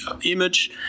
image